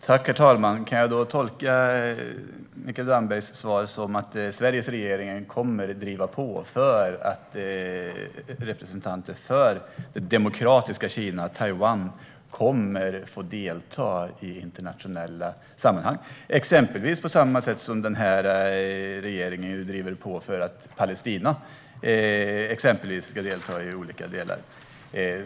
Herr talman! Kan jag tolka Mikael Dambergs svar som att Sveriges regering kommer att driva på för att representanter för det demokratiska Kina, Taiwan, kommer att få delta i internationella sammanhang? Regeringen driver ju på för att Palestina ska delta på olika sätt.